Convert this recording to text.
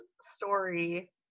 story